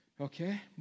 Okay